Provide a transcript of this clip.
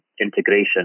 integration